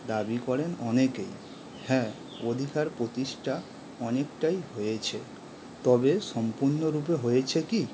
দাবি করেন অনেকেই হ্যাঁ অধিকার প্রতিষ্ঠা অনেকটাই হয়েছে তবে সম্পূর্ণরূপে হয়েছে কি